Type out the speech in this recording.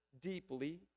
deeply